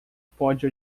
pode